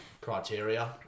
criteria